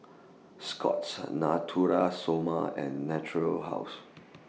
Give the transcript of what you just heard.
Scott's Natura Stoma and Natura House